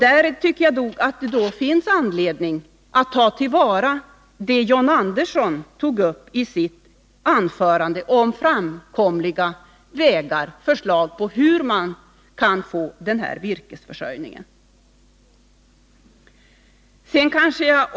Jag tycker att det finns anledning att ta till vara de förslag som John Andersson tog upp i sitt anförande och som gäller framkomliga vägar för att säkerställa virkesförsörjningen.